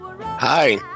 Hi